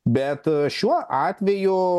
bet šiuo atveju